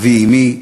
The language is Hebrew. אבי אמי,